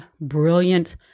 brilliant